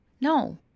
No